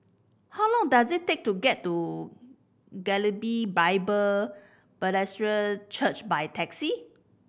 how long does it take to get to Galilee Bible Presbyterian Church by taxi